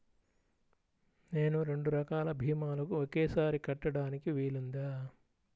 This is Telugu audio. నేను రెండు రకాల భీమాలు ఒకేసారి కట్టడానికి వీలుందా?